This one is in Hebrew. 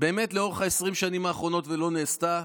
לאורך 20 השנים האחרונות ולא נעשתה.